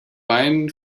wein